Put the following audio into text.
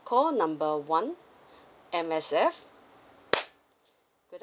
call number one M_S_F